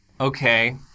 Okay